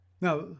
Now